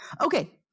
Okay